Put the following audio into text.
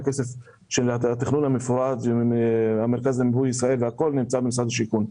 המרכז למיפוי ישראל נמצא במשרד השיכון.